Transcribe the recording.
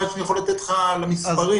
האמיתית שאני יכול לתת לך לגבי המספרים.